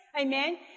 Amen